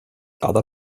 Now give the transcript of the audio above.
other